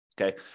Okay